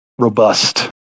robust